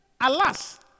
Alas